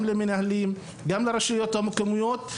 למנהלים ולרשויות המקומיות.